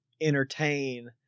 entertain